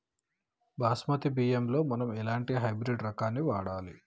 బాస్మతి బియ్యంలో మనం ఎలాంటి హైబ్రిడ్ రకం ని వాడాలి?